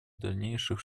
дальнейших